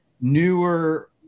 newer